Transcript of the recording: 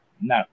No